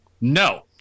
No